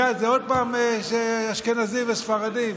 מייד זה עוד פעם אשכנזים וספרדים?